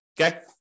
Okay